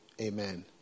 Amen